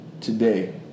today